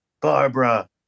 barbara